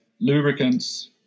lubricants